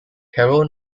carol